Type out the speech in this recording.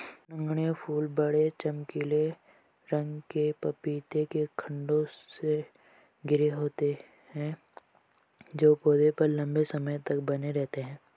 नगण्य फूल बड़े, चमकीले रंग के पपीते के खण्डों से घिरे होते हैं जो पौधे पर लंबे समय तक बने रहते हैं